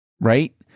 right